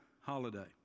holiday